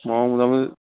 মই মোটামোটি